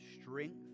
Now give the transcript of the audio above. strength